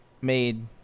made